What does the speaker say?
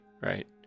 right